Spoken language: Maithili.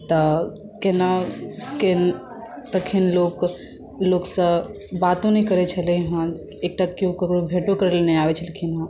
तऽ केनाके कतेक लोकसभ बातो नहि करैत छलै हेँ एकटा केओ ककरो भेटो करय नहि अबैत छलखिन हेँ